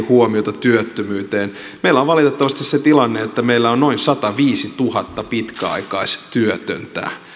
huomiota työttömyyteen meillä on valitettavasti se tilanne että meillä on noin sataviisituhatta pitkäaikaistyötöntä